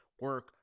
Work